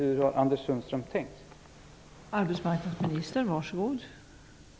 Hur har Anders Sundström tänkt sig det?